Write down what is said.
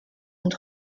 und